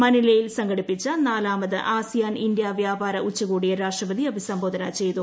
മനിലയിൽ സംഘടിപ്പിച്ച നാലാമത് ASEAN India വ്യാപാര ഉച്ചകോടിയെ രാഷ്ട്രപതി അഭിസംബോധന ചെയ്തു